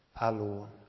alone